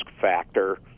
factor